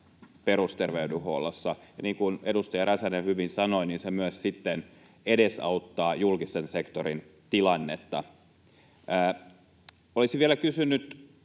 perusterveydenhuollossa, ja niin kuin edustaja Räsänen hyvin sanoi, se sitten myös edesauttaa julkisen sektorin tilannetta. Olisin vielä kysynyt